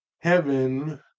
Heaven